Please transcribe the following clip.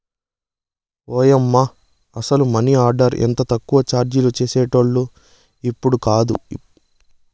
ఓయమ్మ, అసల money order ఎంత తక్కువ చార్జీ చేసేటోల్లో ఇప్పట్లాకాదు